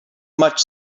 much